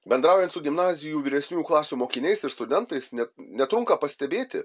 bendraujant su gimnazijų vyresniųjų klasių mokiniais ir studentais ne netrunka pastebėti